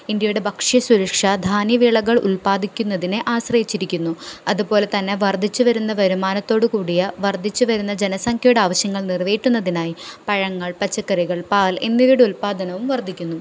ഇന്ത്യയുടെ ഭക്ഷ്യ സുരക്ഷാ ധാന്യ വിളകൾ ഉൽപാദിപ്പിക്കുന്നതിന് ആശ്രയിച്ചിരിക്കുന്നു അതുപോലെ തന്നെ വർദ്ധിച്ച് വരുന്ന വരുമാനത്തോട് കൂടിയ വർദ്ധിച്ച് വരുന്ന ജനസംഖ്യയുടെ ആവശ്യങ്ങൾ നിറവേറ്റുന്നതിനായി പഴങ്ങൾ പച്ചക്കറികൾ പാൽ എന്നിവയുടെ ഉൽപാദനവും വർദ്ധിക്കുന്നു